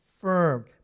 firm